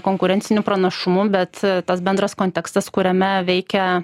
konkurencinių pranašumų bet tas bendras kontekstas kuriame veikia